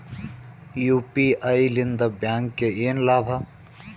UPI ಲಿಂದ ಬ್ಯಾಂಕ್ಗೆ ಏನ್ ಲಾಭ?